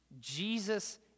Jesus